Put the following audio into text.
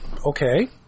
Okay